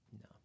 No